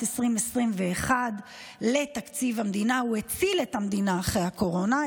2021. הוא הציל את המדינה אחרי הקורונה,